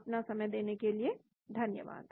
अपना समय देने के लिए धन्यवाद